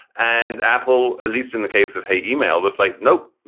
and apple, at least in the case of hate, email was like, no,